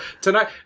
tonight